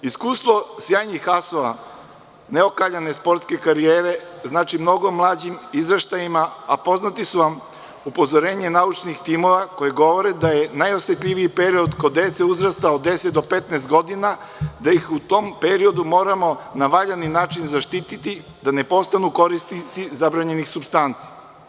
Iskustvo sjajnih asova, neokaljane sportske karijere znači mnogo mlađim izraštajima, a poznata su vam upozorenja naučnih timova koja govore da je najosetljiviji period kod dece uzrasta od 10-15 godina, da ih u tom periodu moramo na valjani način zaštiti da ne postanu korisnici zabranjenih supstanci.